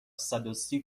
صدوسی